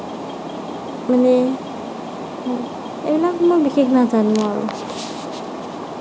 মানে এইবিলাক মই বিশেষ নাজানোঁ আৰু